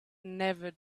never